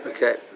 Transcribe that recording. Okay